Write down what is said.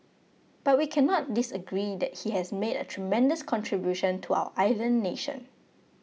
but we cannot disagree that he has made a tremendous contribution to our island nation